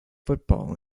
football